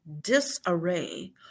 disarray